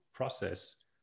process